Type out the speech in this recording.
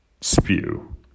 spew